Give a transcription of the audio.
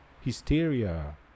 hysteria